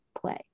play